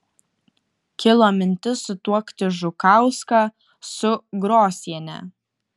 kilo mintis sutuokti žukauską su grosiene